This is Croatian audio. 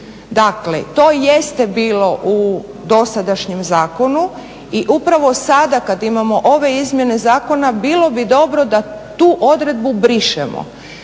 Dakle, to jeste bilo u dosadašnjem zakonu i upravo sada kada imamo ove izmjene Zakona bilo bi dobro da tu odredbu brišemo.